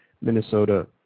Minnesota